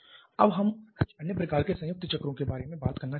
अब हम कुछ अन्य प्रकार के संयुक्त चक्रों के बारे में बात करना चाहेंगे